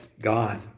God